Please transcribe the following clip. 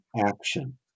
action